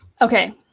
Okay